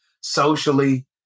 socially